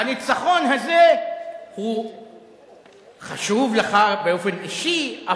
הניצחון הזה חשוב לך באופן אישי,